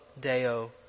Deo